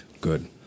Good